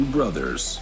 brothers